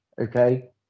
okay